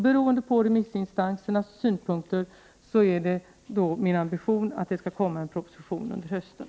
Beroende på remissinstansernas synpunkter är det min ambition att det skall komma en proposition under hösten.